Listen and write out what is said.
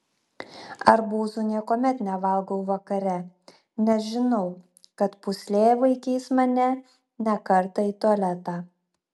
arbūzų niekuomet nevalgau vakare nes žinau kad pūslė vaikys mane ne kartą į tualetą